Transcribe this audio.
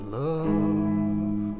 love